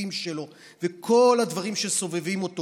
הכספים שלו וכל הדברים שסובבים אותו.